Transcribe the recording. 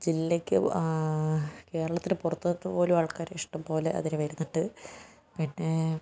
ജില്ലയ്ക്ക് കേരളത്തിന് പുറത്തുനിന്ന് പോലും ആൾക്കാർ ഇഷ്ടം പോലെ അതിന് വരുന്നുണ്ട് പിന്നേ